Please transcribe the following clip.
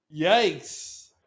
Yikes